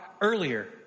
earlier